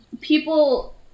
People